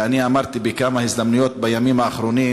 ואני אמרתי בכמה הזדמנויות בימים האחרונים